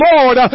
Lord